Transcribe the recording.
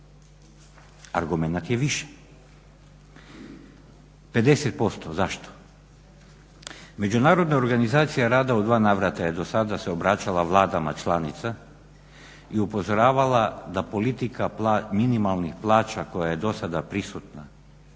argument je više. 50% zašto? Međunarodna organizacija rada u dva navrata do sada se obraćala vladama članica i upozoravala da politika minimalnih plaća koja je do sada prisutna